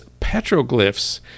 petroglyphs